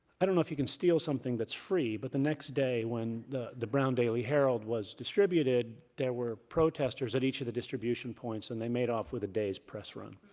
i don't know if you can steal something that's free, but the next day when the the brown daily herald was distributed, there were protesters at each of the distribution points and they made off with the day's press run.